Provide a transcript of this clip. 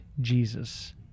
Jesus